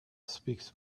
speaks